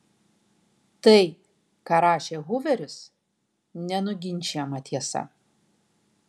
tai ką rašė huveris nenuginčijama tiesa